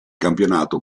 campionato